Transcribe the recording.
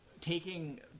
taking